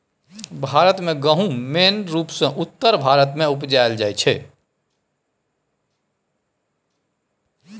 भारत मे गहुम मेन रुपसँ उत्तर भारत मे उपजाएल जाइ छै